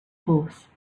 horse